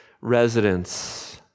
residents